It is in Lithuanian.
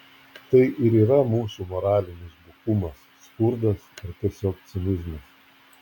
tai ir yra mūsų moralinis bukumas skurdas ar tiesiog cinizmas